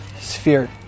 sphere